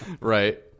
Right